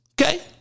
okay